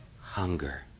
hunger